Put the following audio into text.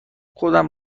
خودم